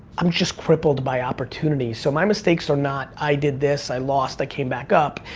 i'm just crippled by opportunity. so my mistakes are not i did this, i lost, i came back up,